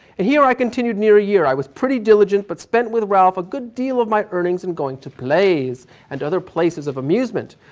and here i continued near a year. i was pretty diligent, but spent with ralph a good deal of my earnings in going to plays and other places of amusement.